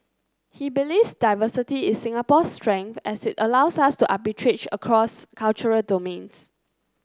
he believes diversity is Singapore's strength as it allows us to arbitrage across cultural domains